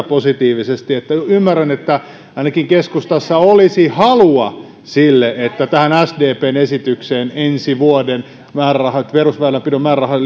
positiivisesti ymmärrän että ainakin keskustassa olisi halua sille että tähän sdpn esitykseen ensi vuoden perusväylänpidon määrärahojen